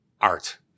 art